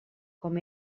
com